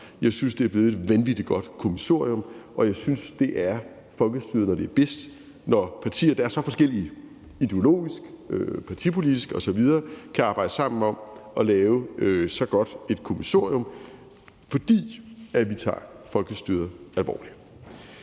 jeg synes, det er blevet et vanvittig godt kommissorium, og jeg synes, det er folkestyret, når det er bedst, når partier, der er så forskellige ideologisk, partipolitisk osv., kan arbejde sammen om at lave så godt et kommissorium, fordi vi tager folkestyret alvorligt.